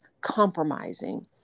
compromising